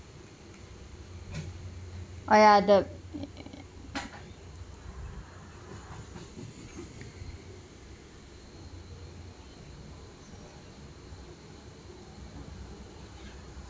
oh ya the